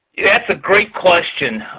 that's a great question.